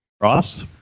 Ross